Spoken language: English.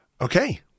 Okay